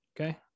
Okay